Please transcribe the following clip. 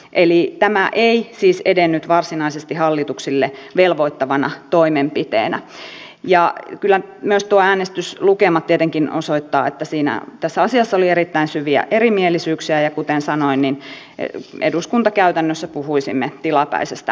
eli tämä ei siis edennyt varsinaisesti hallituksille velvoittavana toimenpiteenä ja kyllä myös tuo äänestyslukema tietenkin osoittaa että tässä asiassa oli erittäin syviä erimielisyyksiä ja kuten sanoin eduskuntakäytännössä puhuisimme tilapäisestä enemmistöstä